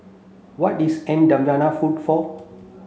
what is N'Djamena food for